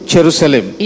Jerusalem